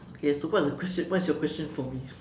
okay so what's the question what is your question for me